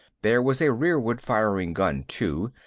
there was a rearward firing gun too,